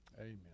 Amen